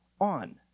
on